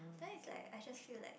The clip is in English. then is like I just feel like